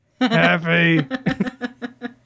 Happy